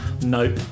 Nope